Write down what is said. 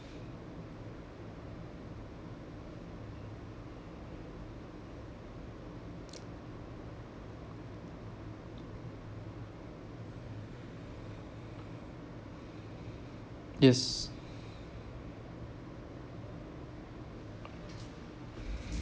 yes